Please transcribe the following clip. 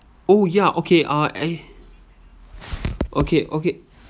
oh ya okay uh eh okay okay